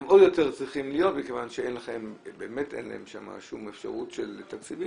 הם עוד יותר צריכים להיות מכיוון שבאמת אין להם שום אפשרות של תקציבים,